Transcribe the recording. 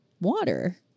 Water